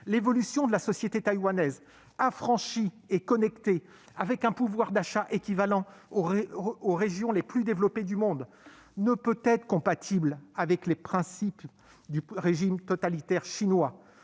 L'évolution de la société taïwanaise, affranchie et connectée, avec un pouvoir d'achat équivalent aux régions les plus développées du monde, ne peut être compatible avec les pratiques du régime totalitaire chinois,